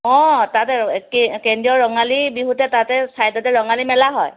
অঁ তাতে কে কেন্দ্ৰীয় ৰঙালী বিহুতে তাতে চাইদতে ৰঙালী মেলা হয়